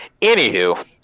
Anywho